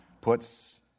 puts